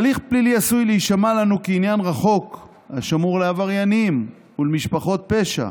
הליך פלילי עשוי להישמע לנו כעניין רחוק השמור לעבריינים ומשפחות פשע,